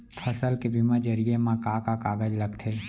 फसल के बीमा जरिए मा का का कागज लगथे?